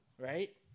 Right